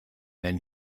then